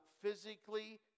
physically